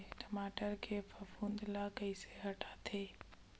टमाटर के फफूंद ल कइसे हटाथे?